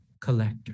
collector